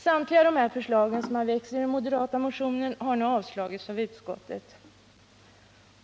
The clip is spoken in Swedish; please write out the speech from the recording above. Samtliga de i motionen väckta förslagen har avstyrkts av utskottet.